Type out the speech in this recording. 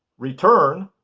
return,